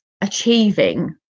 achieving